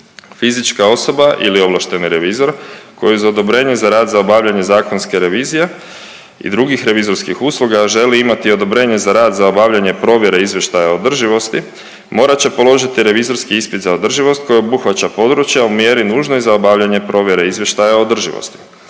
Fizička osoba ili ovlašteni revizor koji za odobrenje za rad za obavljanje zakonske revizije i drugih revizorskih usluga želi imati odobrenje za rad za obavljanje provjere izvještaja o održivosti, morat će položit revizorski ispit za održivost koji obuhvaća područja u mjeri nužnoj za obavljanje provjere izvještaja održivosti.